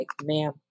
Ma'am